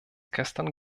gestern